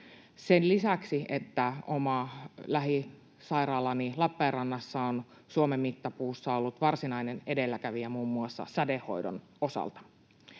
Sen lisäksi oma lähisairaalani Lappeenrannassa on Suomen mittapuussa ollut varsinainen edelläkävijä muun muassa sädehoidon osalta.